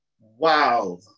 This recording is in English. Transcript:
Wow